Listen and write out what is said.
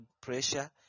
pressure